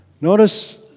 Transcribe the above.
Notice